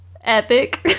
epic